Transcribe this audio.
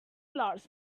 large